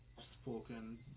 spoken